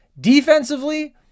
Defensively